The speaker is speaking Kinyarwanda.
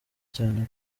cyane